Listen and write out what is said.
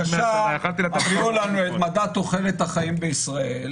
--- בבקשה תביאו לנו את מדד תוחלת החיים בישראל,